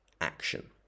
action